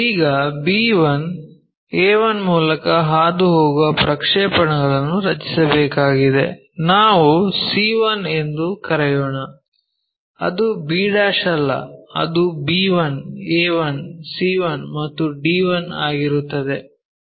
ಈಗ b1 a1 ಮೂಲಕ ಹಾದುಹೋಗುವ ಪ್ರಕ್ಷೇಪಣಗಳನ್ನು ರಚಿಸಬೇಕಾಗಿದೆ ನಾವು c1 ಎಂದು ಕರೆಯೋಣ ಅದು b' ಅಲ್ಲ ಅದು b1 a1 c1 ಮತ್ತು d1 ಆಗಿರುತ್ತದೆ